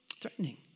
threatening